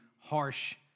harsh